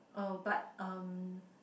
oh but uh